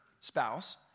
spouse